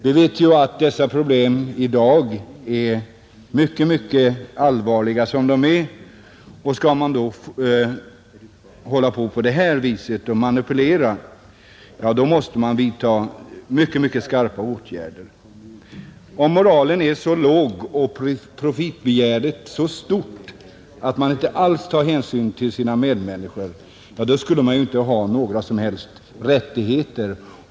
Vi vet ju att dessa problem i dag är mycket, mycket allvarliga som de är, Skall man då hålla på på detta sätt och manipulera, då måste mycket, mycket skarpa åtgärder vidtas. Om moralen är så låg och profitbegäret så stort att man inte alls tar hänsyn till sina medmänniskor, skulle man inte ha någon som helst rättighet.